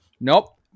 Nope